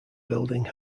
building